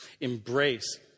Embrace